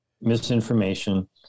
misinformation